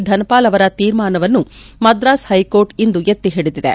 ಧನಪಾಲ್ ಅವರ ತೀರ್ಮಾನವನ್ನು ಮದ್ರಾಸ್ ಹೈಕೋರ್ಟ್ ಇಂದು ಎತ್ತಿಹಿಡಿದಿದೆ